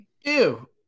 Ew